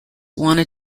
wanted